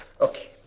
Okay